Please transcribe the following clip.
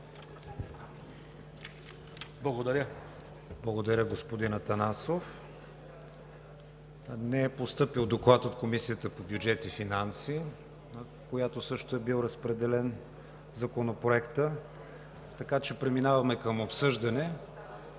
ВИГЕНИН: Благодаря, господин Атанасов. Не е постъпил доклад от Комисията по бюджет и финанси, на която също е бил разпределен Законопроектът, така че преминаваме към обсъждане.